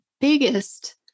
biggest